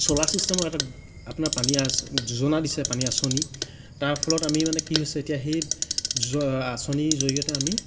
solar ছিছটেমত এটা আপোনাৰ পানী আচ যোজনা দিছে পানী আঁচনি তাৰ ফলত আমি মানে কি হৈছে এতিয়া সেই যোজ আঁচনিৰ জড়িয়তে আমি